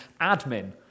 admin